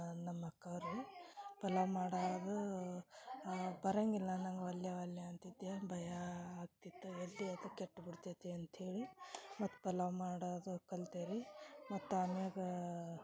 ನಮ್ಮ ಅಕ್ಕ ಅವರು ಪಲಾವು ಮಾಡಾದೂ ಬರಂಗಿಲ್ಲ ನಂಗೆ ಒಲ್ಲೆ ಒಲ್ಲೆ ಅಂತಿದ್ದೆ ಭಯ ಆಗ್ತಿತ್ತು ಎಲ್ಲಿ ಅದು ಕೆಟ್ಬುಡ್ತೈತಿ ಅಂತ ಹೇಳಿ ಮತ್ತೆ ಪಲಾವು ಮಾಡೋದು ಕಲ್ತೆ ರೀ ಮತ್ತೆ ಆಮ್ಯಾಗ